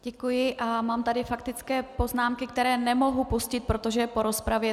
Děkuji a mám tady faktické poznámky, které nemohu pustit, protože je po rozpravě.